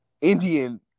Indian